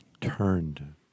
turned